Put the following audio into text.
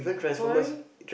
boring